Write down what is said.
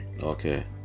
Okay